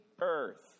earth